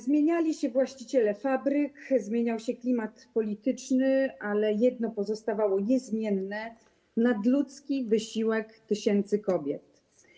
Zmieniali się właściciele fabryk, zmieniał się klimat polityczny, ale jedno pozostawało niezmienne: nadludzki wysiłek tysięcy kobiet.